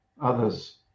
others